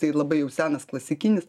tai labai jau senas klasikinis